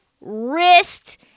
wrist